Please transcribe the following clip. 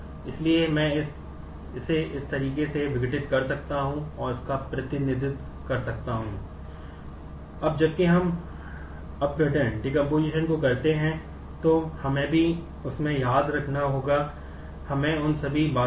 इसलिए मैं इसे इस तरीके से विघटित कर सकता हूं और इसका प्रतिनिधित्व कर सकता हूं